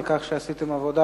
על העבודה